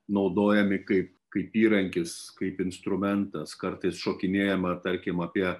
naudojami kaip kaip įrankis kaip instrumentas kartais šokinėjama tarkim apie